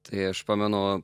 tai aš pamenu